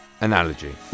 analogy